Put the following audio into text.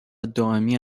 دائمی